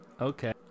Okay